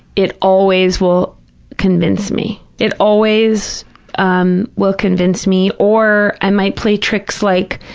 it always will convince me. it always um will convince me, or i might play tricks like,